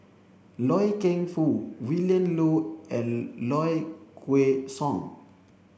Loy Keng Foo Willin Low and Low Kway Song